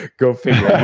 go figure,